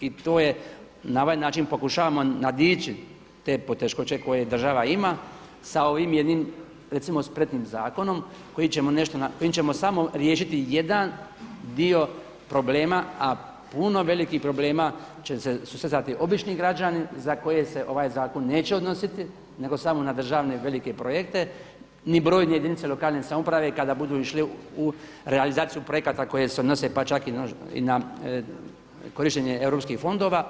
I to na ovaj način pokušavam nadići te poteškoće koje država ima sa ovim jednim recimo spretnim zakonom kojim ćemo samo riješiti jedan dio problema, a puno velikih problema će se susretati obični građani za koje se ovaj zakon neće odnositi nego samo na državne velike projekte, ni brojne jedinice lokalne samouprave kada budu ići u realizaciju projekata koje se nose pa čak i na korištenje europskih fondova.